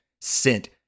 sent